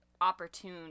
opportune